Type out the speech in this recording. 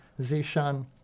Zishan